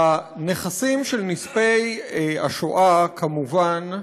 הנכסים של נספי השואה, כמובן,